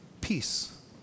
peace